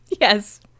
Yes